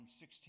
$16